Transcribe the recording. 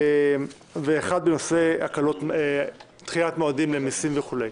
ואחד בנושא דחיית מועדים למיסים וכולי.